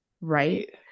Right